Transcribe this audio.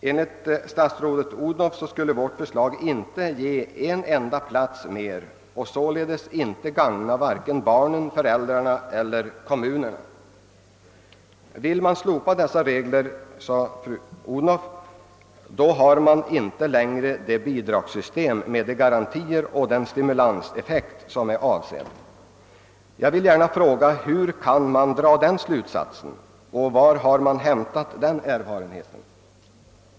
Enligt statsrådet Odhnoff skulle vårt förslag inte ge en enda plats mer och således inte gagna vare sig barnen, föräldrarna eller kommunerna. Vill man slopa dessa regler, sade fru Odhnoff, har man inte längre ett bidragssystem med de garantier. och den stimulanseffekt som avsetts. Jag vill fråga hur man kan dra denna slutsats och varifrån man hämtat denna erfarenhet.